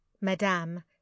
Madame